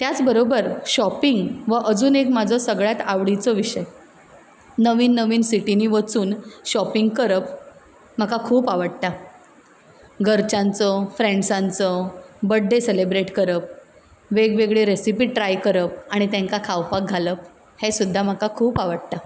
त्याच बरोबर श्योपींग हो अजून एक म्हाजो सगळ्यांत आवडीचो विशय नवीन नवीन सिटींनी वचून श्योपींग करप म्हाका खूब आवडटा घरच्यांचो फ्रेंडसांचो बर्थडे सॅलेब्रेट करप वेगवेगळे रेसिपी ट्राय करप आनी तेंका खावपाक घालप हे सुद्दां म्हाका खूब आवडटा